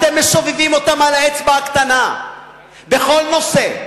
אתם מסובבים אותם על האצבע הקטנה בכל נושא,